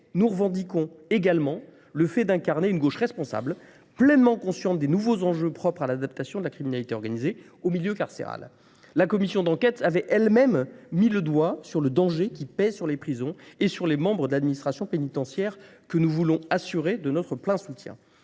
nous revendiquons également le fait d'incarner une gauche responsable pleinement consciente des nouveaux enjeux propres à l'adaptation de la criminalité organisée au milieu carcéral. La commission d'enquête avait elle-même mis le doigt sur le danger qui pèse sur les prisons et sur les membres d'administration pénitentiaire que nous voulons assurer de notre plein soutien.